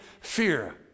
fear